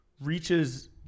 reaches